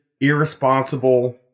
irresponsible